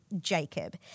Jacob